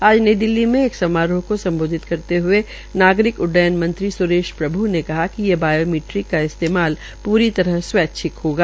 आज नई दिल्ली में एक समारोह को सम्बोधित करते हए नागरिक उड्यन मंत्री स्रेश प्रभू ने कहा कि ये बायोमैट्रिक का इस्तेमाल पूरी तरह स्वैच्छिक होगा